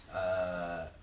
err